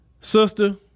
sister